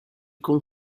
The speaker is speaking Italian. con